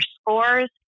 scores